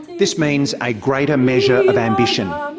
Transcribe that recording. this means a greater measure of ambition.